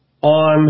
on